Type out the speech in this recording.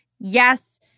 yes—